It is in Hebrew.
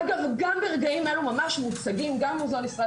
אגב גם ברגעים אלו ממש מוצגים גם במוזיאון ישראל